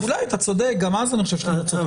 אולי אתה צודק גם אז אני חושב --- אני